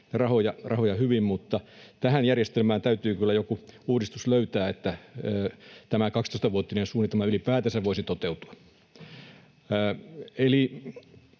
rahoja hyvin, mutta tähän järjestelmään täytyy kyllä joku uudistus löytää, että tämä 12-vuotinen suunnitelma ylipäätänsä voisi toteutua.